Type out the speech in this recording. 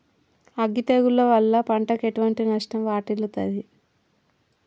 అగ్గి తెగులు వల్ల పంటకు ఎటువంటి నష్టం వాటిల్లుతది?